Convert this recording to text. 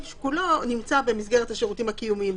כולו נמצא במסגרת השירותים הקיומיים.